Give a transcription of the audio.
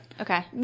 Okay